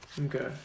Okay